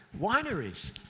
Wineries